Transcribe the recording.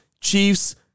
Chiefs